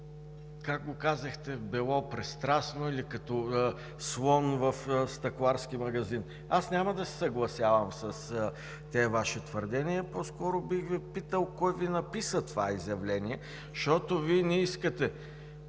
как го казахте, било пристрастно или като слон в стъкларски магазин. Аз няма да се съгласявам с тези Ваши твърдения, по-скоро бих Ви питал кой Ви писа това изявление, защото Вие не искате…